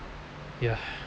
ya